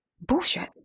bullshit